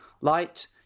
Light